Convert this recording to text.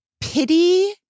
pity